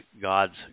God's